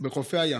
בחופי הים,